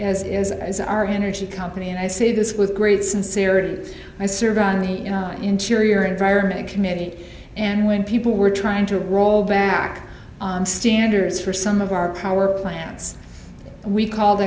as is our energy company and i say this with great sincerity i serve on the interior environment committee and when people were trying to roll back standards for some of our power plants we called